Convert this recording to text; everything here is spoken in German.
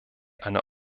eine